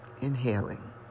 inhaling